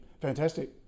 fantastic